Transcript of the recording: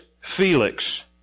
Felix